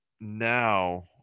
now